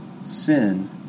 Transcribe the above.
sin